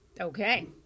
Okay